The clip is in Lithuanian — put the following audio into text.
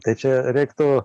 tai čia reiktų